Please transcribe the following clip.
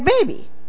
baby